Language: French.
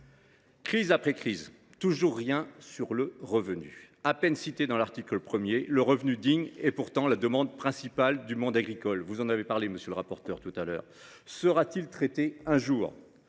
mais il n’y a toujours rien sur le revenu ! À peine cité dans l’article 1, le revenu digne est pourtant la demande principale du monde agricole – vous en avez parlé, monsieur le rapporteur. Le sujet sera t il traité un jour ?